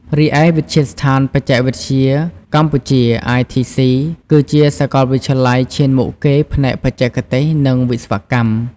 រីឯ វិទ្យាស្ថានបច្ចេកវិទ្យាកម្ពុជា ITC គឺជាសាកលវិទ្យាល័យឈានមុខគេផ្នែកបច្ចេកទេស និងវិស្វកម្ម។